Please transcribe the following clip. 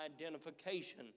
identification